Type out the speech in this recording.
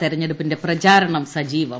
തെരഞ്ഞെടുപ്പിന്റെ പ്രചരണം സജീവം